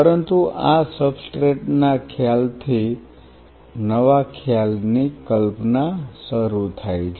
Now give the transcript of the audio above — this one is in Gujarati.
પરંતુ આ સબસ્ટ્રેટ ના ખ્યાલથી નવા ખ્યાલની કલ્પના શરૂ થાય છે